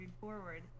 forward